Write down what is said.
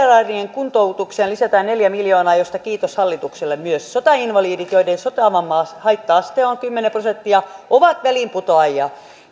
kuntoutukseen lisätään neljä miljoonaa josta kiitos hallitukselle myös sotainvalidit joiden sotavammahaitta aste on kymmenen prosenttia ovat väliinputoajia